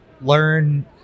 learn